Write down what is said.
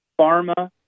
pharma